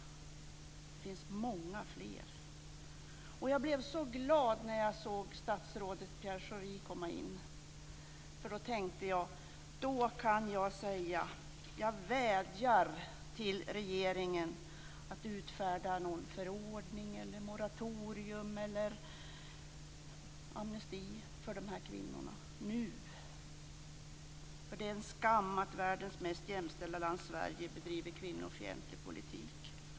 Det finns många fler. Jag blev så glad när jag såg statsrådet Pierre Schori komma in. Då tänkte jag att jag kan säga att jag vädjar till regeringen att den utfärdar någon förordning, moratorium eller amnesti för dessa kvinnor nu, eftersom det är en skam att världens mest jämställda land Sverige bedriver en kvinnofientlig politik.